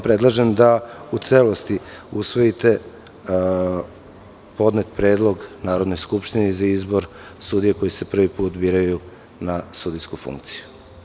Predlažem vam da u celosti usvojite podnet predlog Narodne skupštine za izbor sudija koji se prvi put biraju na sudijsku funkciju.